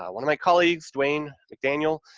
one of my colleagues, dwayne mcdaniel,